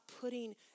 putting